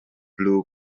blue